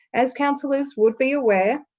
as councillors would be aware,